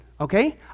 okay